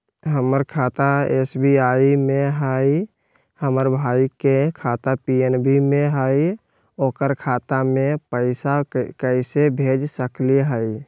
हमर खाता एस.बी.आई में हई, हमर भाई के खाता पी.एन.बी में हई, ओकर खाता में पैसा कैसे भेज सकली हई?